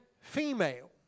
female